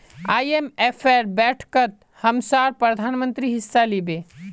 आईएमएफेर बैठकत हमसार प्रधानमंत्री हिस्सा लिबे